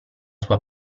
sua